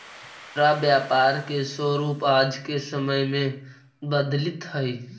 खुदरा व्यापार के स्वरूप आज के समय में बदलित हइ